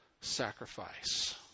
sacrifice